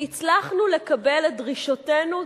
שהצלחנו לקבל את דרישותינו,